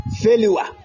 failure